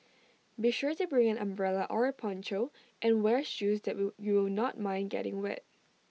be sure to bring an umbrella or A poncho and wear shoes that will you will not mind getting wet